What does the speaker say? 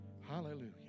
Hallelujah